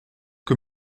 que